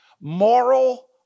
Moral